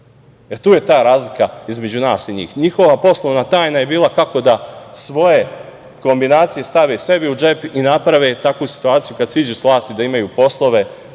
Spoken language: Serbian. E, tu je ta razlika između nas i njih. Njihova poslovna tajna je bila kako da svoje kombinacije stave sebi u džep i naprave takvu situaciju kad siđu sa vlasti da imaju poslove,